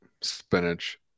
Spinach